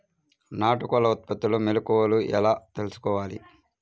నాటుకోళ్ల ఉత్పత్తిలో మెలుకువలు ఎలా తెలుసుకోవాలి?